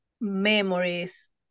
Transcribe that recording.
memories